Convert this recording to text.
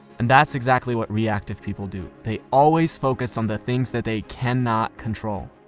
and that's exactly what reactive people do. they always focus on the things that they cannot control.